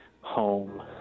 home